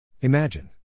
Imagine